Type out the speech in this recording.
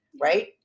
right